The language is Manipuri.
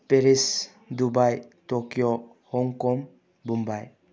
Paris Dubai Tokyo Hong Kong Mumbai